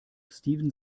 steven